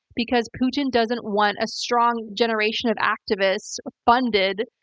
because putin doesn't want a strong generation of activists funded